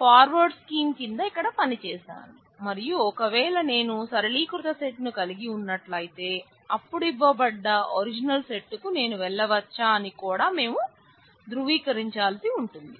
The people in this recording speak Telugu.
ఫార్వర్డ్ స్కీం కింద ఇక్కడ పనిచేశాను మరియు ఒకవేళ నేను సరళీకృత సెట్ ని కలిగి ఉన్నట్లయితే అప్పుడు ఇవ్వబడ్డ ఒరిజినల్ సెట్ కు నేను వెళ్లవచ్చా అని కూడా మేం ధృవీకరించాల్సి ఉంటుంది